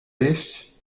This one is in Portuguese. este